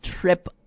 trip